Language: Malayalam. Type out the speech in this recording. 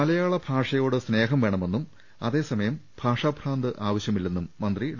മലയാള ഭാഷയോട് സ്നേഹം വേണമെന്നും അതേസമയം ഭാഷാഭ്രാന്ത് ആവശ്യമില്ലെന്നും മന്ത്രി ഡോ